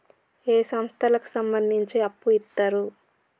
ఏ సంస్థలకు సంబంధించి అప్పు ఇత్తరు?